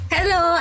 Hello